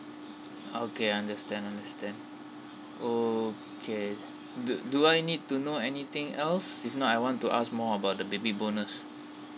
okay understand understand okay do do I need to know anything else if not I want to ask more about the baby bonus